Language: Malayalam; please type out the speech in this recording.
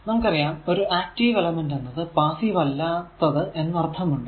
നമുക്കറിയാം ഒരു ആക്റ്റീവ് എലമെന്റ് എന്നത് പാസ്സീവ് അല്ലാത്തത് എമ്മാർത്ഥമുണ്ട്